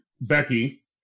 Becky